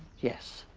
yes.